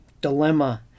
dilemma